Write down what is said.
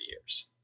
years